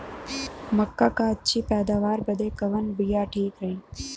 मक्का क अच्छी पैदावार बदे कवन बिया ठीक रही?